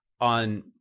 on